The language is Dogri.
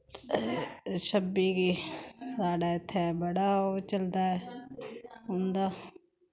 छब्बी गी साढ़ै इत्थै बड़ा ओ चलदा ऐ उं'दा